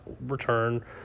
return